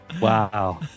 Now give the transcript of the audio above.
Wow